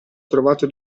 trovato